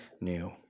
new